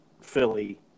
Philly